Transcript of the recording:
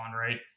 right